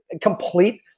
complete